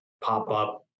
pop-up